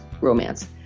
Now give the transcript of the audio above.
romance